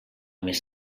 més